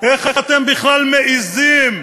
איך אתם בכלל מעזים?